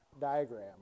diagram